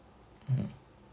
mm